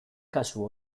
kasu